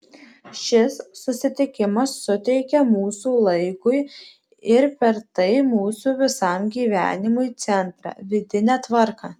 šis susitikimas suteikia mūsų laikui ir per tai mūsų visam gyvenimui centrą vidinę tvarką